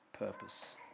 Purpose